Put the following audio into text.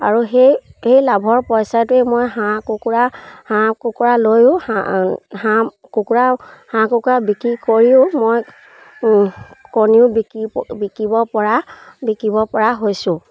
আৰু সেই সেই লাভৰ পইচাটোৱেই মই হাঁহ কুকুৰা হাঁহ কুকুৰা লৈও হাঁহ হাঁহ কুকুৰা হাঁহ কুকুৰা বিক্ৰী কৰিও মই কণীও বিকিব বিকিব পৰা বিকিব পৰা হৈছোঁ